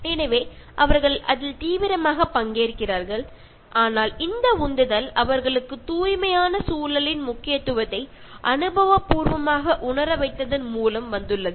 எனவே அவர்கள் அதில் தீவிரமாக பங்கேற்கிறார்கள் ஆனால் இந்த உந்துதல் அவர்களுக்கு தூய்மையான சூழலின் முக்கியத்துவத்தை அனுபவபூர்வமாக உணர வைத்ததன் மூலம் வந்துள்ளது